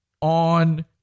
on